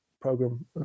program